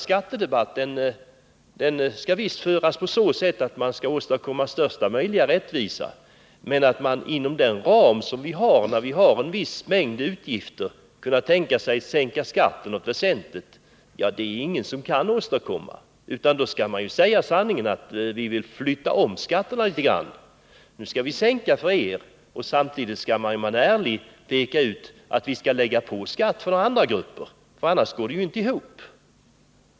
Skattepolitiken skall självfallet föras på ett sådant sätt att man uppnår största möjliga rättvisa, men ingen kan åstadkomma någon väsentlig sänkning av skatterna med de ramar som nu är fastlagda. Då är det bättre att säga sanningen: Vi vill flytta om skatterna litet. Nu skall vi sänka för er. men vi måste öka skatten för andra grupper, för annars går det inte ihop.